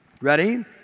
Ready